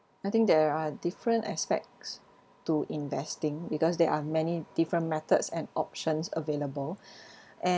I think there are different aspects to investing because there are many different methods and options available and